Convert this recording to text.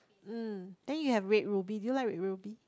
mm then you have red ruby you like red ruby